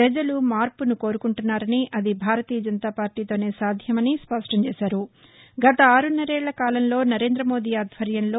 ప్రజలు మార్పును కోరుకుంటున్నారని అది భారతీయ జనతాపార్లీతోనే సాధ్యమని స్పష్టంచేశారు